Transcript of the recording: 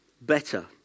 better